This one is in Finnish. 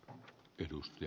arvoisa puhemies